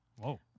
Whoa